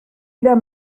wieder